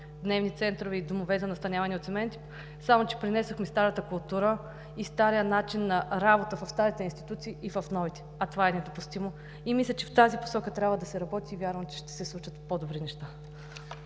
дневни центрове и домове за настаняване от семеен тип, само че пренесохме старата култура и стария начин на работа от старите институции в новите. А това е недопустимо! Мисля, че в тази посока трябва да се работи и вярвам, че ще се случат по-добри неща.